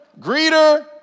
greeter